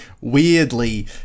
weirdly